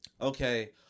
okay